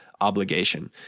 obligation